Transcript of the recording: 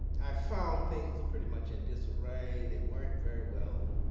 i found things pretty much in disarray. they weren't very well